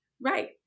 Right